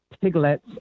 piglets